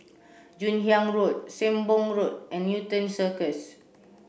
Joon Hiang Road Sembong Road and Newton Circus